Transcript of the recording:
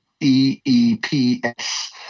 E-E-P-S